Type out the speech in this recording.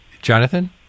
Jonathan